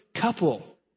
couple